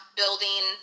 building